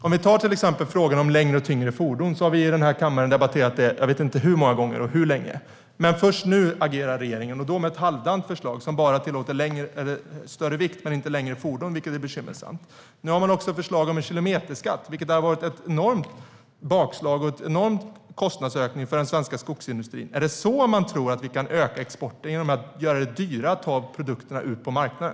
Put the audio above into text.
Jag vet inte hur många gånger vi här i kammaren debatterat frågan om längre och tyngre fordon, men först nu agerar regeringen, och då med ett halvdant förslag som bara tillåter större vikt men inte längre fordon, vilket är bekymmersamt. Nu har man också förslag om en kilometerskatt, vilket skulle ha varit ett enormt bakslag och en stor kostnadsökning för den svenska skogsindustrin. Tror man att vi kan öka exporten genom att göra det dyrare att få ut produkterna på marknaden?